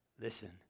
Listen